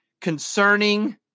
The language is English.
concerning